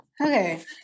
okay